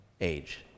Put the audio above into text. age